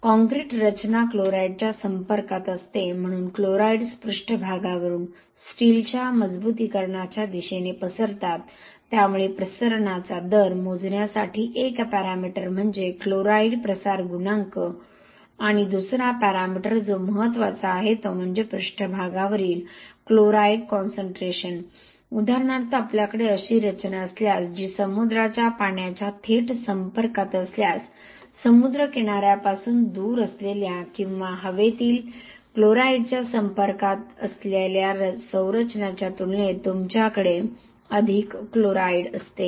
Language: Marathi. काँक्रीट रचना क्लोराईडच्या संपर्कात असते म्हणून क्लोराईड्स पृष्ठभागावरून स्टीलच्या मजबुतीकरणाच्या दिशेने पसरतात त्यामुळे प्रसरणाचा दर मोजण्यासाठी 1 पॅरामीटर म्हणजे क्लोराईड प्रसार गुणांक आणि दुसरा पॅरामीटर जो महत्त्वाचा आहे तो म्हणजे पृष्ठभागावरील क्लोराईड कॉनसन्ट्रेशन उदाहरणार्थ आपल्याकडे अशी रचना असल्यास जी समुद्राच्या पाण्याच्या थेट संपर्कात असल्यास समुद्र किनार्यापासून दूर असलेल्या किंवा हवेतील क्लोराईडच्या संपर्कात असल्या संरचनेच्या तुलनेत तुमच्याकडे अधिक क्लोराईड असते